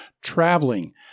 traveling